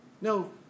No